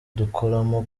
dukoramo